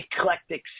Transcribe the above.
eclectic